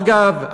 אגב,